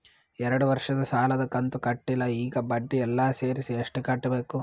ಎರಡು ವರ್ಷದ ಸಾಲದ ಕಂತು ಕಟ್ಟಿಲ ಈಗ ಬಡ್ಡಿ ಎಲ್ಲಾ ಸೇರಿಸಿ ಎಷ್ಟ ಕಟ್ಟಬೇಕು?